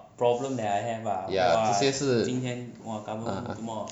ya 这些是 ah